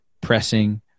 pressing